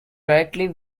directly